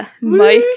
Mike